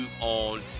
on